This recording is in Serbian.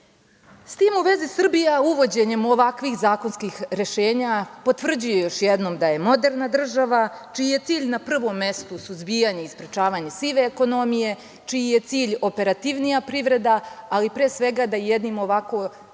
tim u vezi Srbija uvođenjem ovakvih zakonskih rešenja potvrđuje još jednom da je moderna država čiji je cilj na prvom mestu suzbijanje i sprečavanje sive ekonomije, čiji je cilj imperativnija privreda, ali pre svega da jednim ovako